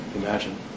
imagine